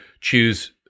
choose